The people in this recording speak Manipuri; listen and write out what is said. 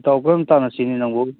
ꯏꯇꯥꯎ ꯀꯩꯅꯣꯝ ꯇꯥꯟꯅꯁꯤꯅꯦ ꯅꯪꯕꯨ